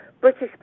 British